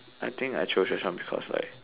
I think I chose restaurant because like